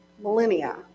millennia